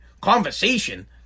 Conversation